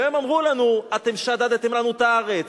והם אמרו לנו: אתם שדדתם לנו את הארץ,